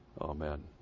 Amen